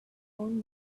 own